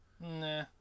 Nah